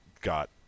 got